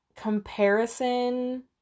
comparison